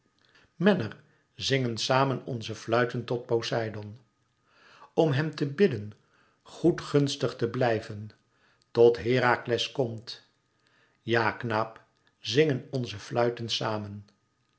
menner zingen samen onze fluiten tot poseidoon om hem te bidden goedgunstig te blijven tot herakles komt ja knaap zingen onze fluiten samen